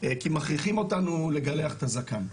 כי מכריחים אותנו לגלח את הזקן'.